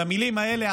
את המילים האלה,